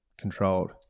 controlled